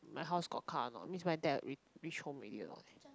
my house got car or not means my dad re~ reach home already lor